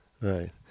Right